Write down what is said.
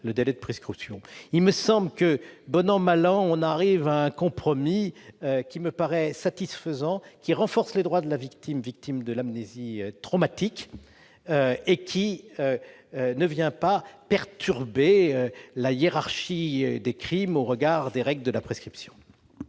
le délai de prescription serait rouvert. Il me semble que, bon an mal an, on arrive ainsi à un compromis satisfaisant, qui renforce les droits de la victime souffrant de l'amnésie post-traumatique et ne vient pas perturber la hiérarchie des crimes au regard des règles de la prescription.